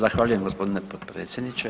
Zahvaljujem gospodine potpredsjedniče.